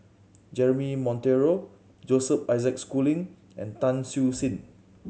Jeremy Monteiro Joseph Isaac Schooling and Tan Siew Sin